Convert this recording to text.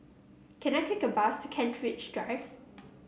can I take a bus to Kent Ridge Drive